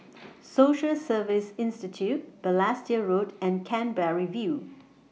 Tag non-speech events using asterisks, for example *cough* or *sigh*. *noise* Social Service Institute Balestier Road and Canberra View